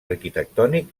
arquitectònic